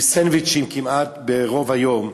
עם סנדוויצ'ים ברוב היום,